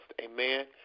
Amen